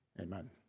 amen